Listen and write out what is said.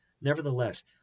Nevertheless